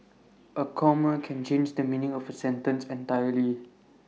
A comma can change the meaning of A sentence entirely